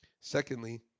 Secondly